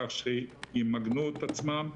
כך שימגנו את עצמם,